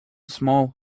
small